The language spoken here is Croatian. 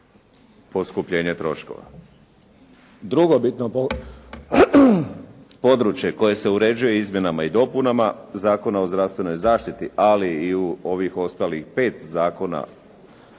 poskupljenje troškova. Drugo bitno područje koje se uređuje izmjenama i dopunama Zakona o zdravstvenoj zaštiti, ali i u ovih ostalih 5 zakona